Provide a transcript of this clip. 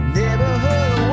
neighborhood